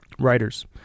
writers